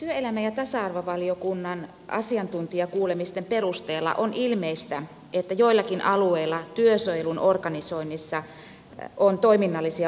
työelämä ja tasa arvovaliokunnan asiantuntijakuulemisten perusteella on ilmeistä että joillakin alueilla työsuojelun organisoinnissa on toiminnallisia ongelmia ja kehittämiskohteita